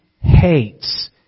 hates